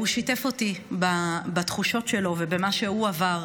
הוא שיתף אותי בתחושות שלו ובמה שהוא עבר,